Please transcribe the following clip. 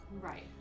Right